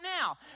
now